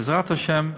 בעזרת השם,